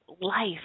life